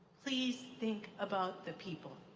please think about the people.